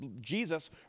Jesus